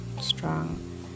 strong